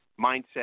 mindset